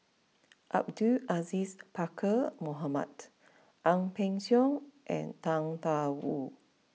Abdul Aziz Pakkeer Mohamed Ang Peng Siong and Tang Da Wu